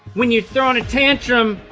when you're throwing a tantrum.